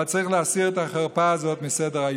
אבל צריך להסיר את החרפה הזאת מסדר-היום.